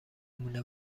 مونه